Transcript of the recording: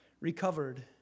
recovered